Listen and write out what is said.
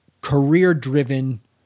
career-driven